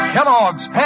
Kellogg's